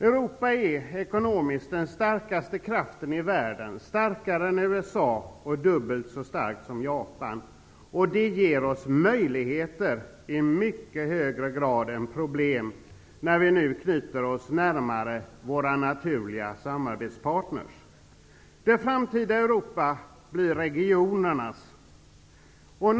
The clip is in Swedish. Europa är den ekonomiskt starkaste kraften i världen, starkare än USA och dubbelt så stark som Japan. Det ger oss möjligheter i mycket högre grad än problem, när vi nu närmar oss våra naturliga samarbetspartner. Det framtida Europa blir regionernas Europa.